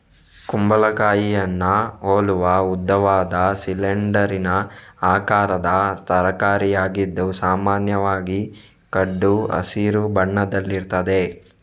ಕುಂಬಳಕಾಯಿಯನ್ನ ಹೋಲುವ ಉದ್ದವಾದ, ಸಿಲಿಂಡರಿನ ಆಕಾರದ ತರಕಾರಿಯಾಗಿದ್ದು ಸಾಮಾನ್ಯವಾಗಿ ಕಡು ಹಸಿರು ಬಣ್ಣದಲ್ಲಿರ್ತದೆ